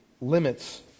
limits